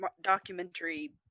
documentary